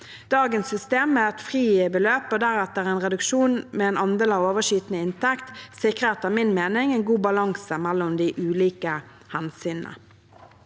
Dagens system, med et fribeløp og deretter en reduksjon med en andel av overskytende inntekt, sikrer etter min mening en god balanse mellom de ulike hensynene.